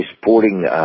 sporting